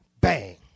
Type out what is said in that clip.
Bang